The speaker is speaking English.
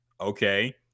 okay